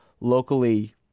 locally